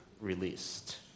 released